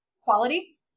quality